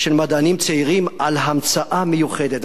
של מדענים צעירים על המצאה מיוחדת.